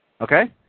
Okay